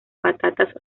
patatas